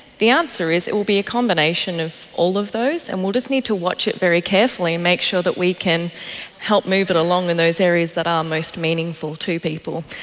the answer is it will be a combination of all of those, and we will just need to watch it very carefully and make sure that we can help move it along in those areas that are most meaningful to people,